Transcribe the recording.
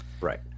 Right